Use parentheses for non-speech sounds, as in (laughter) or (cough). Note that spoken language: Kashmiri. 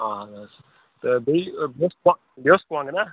اہن حظ تہٕ بیٚیہِ (unintelligible) کۄنٛگ نہ